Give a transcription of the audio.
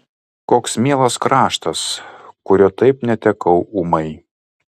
koks mielas kraštas kurio taip netekau ūmai